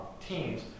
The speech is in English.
teams